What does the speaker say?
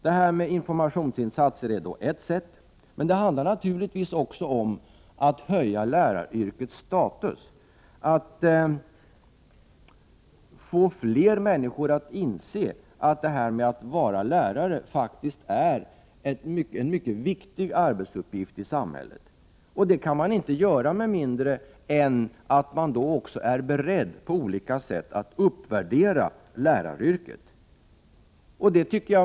Det här med informationsinsatser är viktigt, men det handlar naturligtvis också om att höja läraryrkets status för att få fler människor att inse att det här med att vara lärare faktiskt är en mycket viktig arbetsuppgift i samhället. Det kan man inte göra med mindre än att man också är beredd att på olika sätt uppvärdera läraryrket.